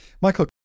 Michael